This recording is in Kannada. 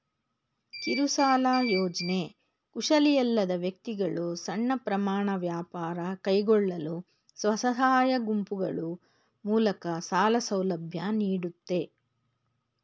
ಕಿರುಸಾಲ ಯೋಜ್ನೆ ಕುಶಲಿಯಲ್ಲದ ವ್ಯಕ್ತಿಗಳು ಸಣ್ಣ ಪ್ರಮಾಣ ವ್ಯಾಪಾರ ಕೈಗೊಳ್ಳಲು ಸ್ವಸಹಾಯ ಗುಂಪುಗಳು ಮೂಲಕ ಸಾಲ ಸೌಲಭ್ಯ ನೀಡುತ್ತೆ